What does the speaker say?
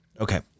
Okay